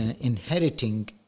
inheriting